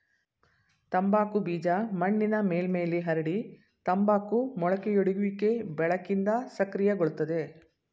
ತಂಬಾಕು ಬೀಜ ಮಣ್ಣಿನ ಮೇಲ್ಮೈಲಿ ಹರಡಿ ತಂಬಾಕು ಮೊಳಕೆಯೊಡೆಯುವಿಕೆ ಬೆಳಕಿಂದ ಸಕ್ರಿಯಗೊಳ್ತದೆ